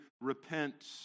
repent